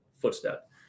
footstep